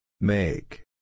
Make